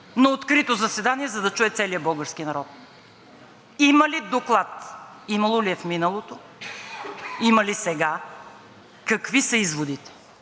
на открито заседание, за да чуе целият български народ има ли доклад, имало ли е в миналото, има ли сега, какви са изводите